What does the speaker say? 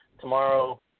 tomorrow